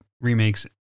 remakes